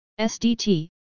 SDT